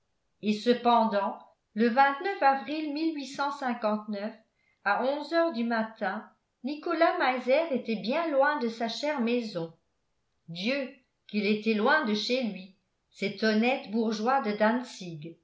et cependant le avril à onze heures du matin nicolas meiser était bien loin de sa chère maison dieu qu'il était loin de chez lui cet honnête bourgeois de